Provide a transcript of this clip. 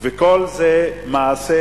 וכל זה מעשי